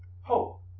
hope